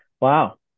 Wow